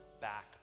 back